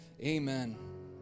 Amen